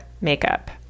makeup